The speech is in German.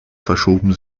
verschoben